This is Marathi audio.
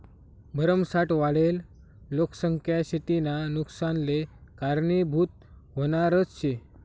भरमसाठ वाढेल लोकसंख्या शेतीना नुकसानले कारनीभूत व्हनारज शे